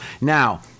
Now